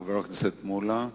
חבר הכנסת מולה.